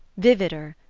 vivider,